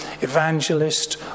evangelist